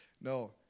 no